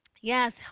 Yes